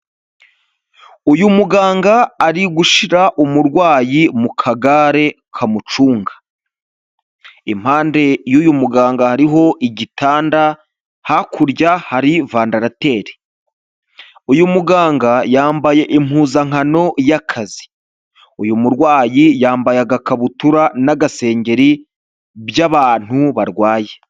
Uyu muganga ari gushyira umurwayi mu kagare kamucunga, impande y'uyu muganga hariho igitanda, hakurya hari vandarateri. uyu muganga yambaye impuzankano y'akazi. Uyu murwayi yambaye agakabutura n'agasengeri by'abantu barwaye.